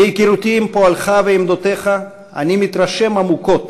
מהיכרותי את פועלך ועמדותיך אני מתרשם עמוקות